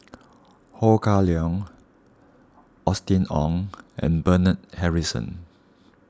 Ho Kah Leong Austen Ong and Bernard Harrison